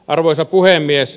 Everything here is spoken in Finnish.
arvoisa puhemies